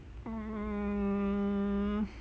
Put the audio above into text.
mm